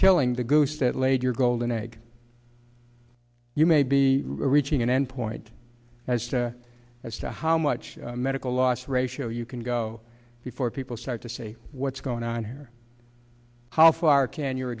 killing the goose that laid your golden egg you may be reaching an end point as as to how much medical loss ratio you can go before people start to say what's going on here how far can your